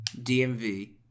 DMV